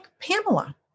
Pamela